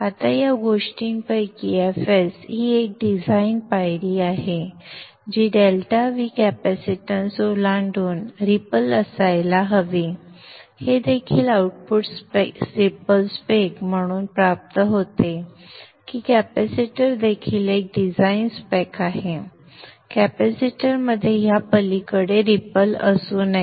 आता या गोष्टींपैकी fs ही एक डिझाईन पायरी आहे जी ∆V कॅपॅसिटन्स ओलांडून रिपल असायला हवी हे देखील आउटपुट रिपल स्पेक म्हणून प्राप्त होते की कॅपेसिटर देखील एक डिझाइन स्पेक आहे कॅपेसिटरमध्ये या पलीकडे रिपल असू नये